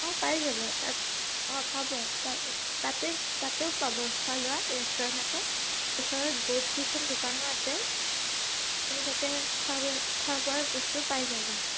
অঁ পাই যাব তাত অঁ পাব তাত তাতে তাতেও পাব খোৱা লোৱা ৰেষ্টুৰেণ্ট আছে ওচৰত বহুতকেইখন দোকানো আছে তুমি তাতে খোৱা বোৱা খোৱা বোৱাৰ বস্তু পাই যাবা